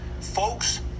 folks